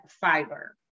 fiber